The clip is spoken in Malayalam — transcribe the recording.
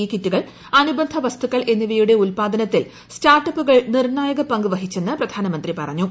ഇ കിറ്റുകൾ അനുബന്ധ വസ്തുക്കൾ എന്നിവയുടെ ഉല്പാദനത്തിൽ സ്റ്റാർട്ട് അപ്പുകൾ നിർണ്ണായക പങ്ക് വഹിച്ചെന്ന് പ്രധാനമന്ത്രി പറഞ്ഞു